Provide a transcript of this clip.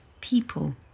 people